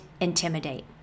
intimidate